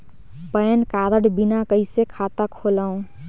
Pan card बिना कइसे खाता खोलव?